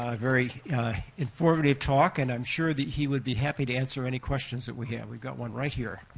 ah very informative talk, and i'm sure that he would be happy to answer any questions that we have. we've got one right here.